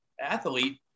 athlete